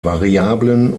variablen